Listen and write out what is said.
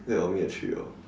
then we all meet at three orh